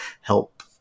help